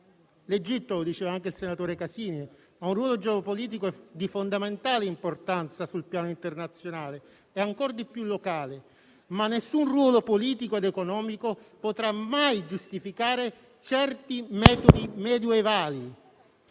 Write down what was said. L'Egitto, come diceva anche il senatore Casini, ha un ruolo geopolitico di fondamentale importanza sul piano internazionale e ancor di più locale, ma nessun ruolo politico ed economico potrà mai giustificare certi metodi medioevali.